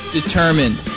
determined